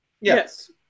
Yes